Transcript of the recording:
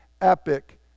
epic